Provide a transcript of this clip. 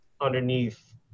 underneath